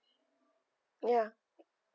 ya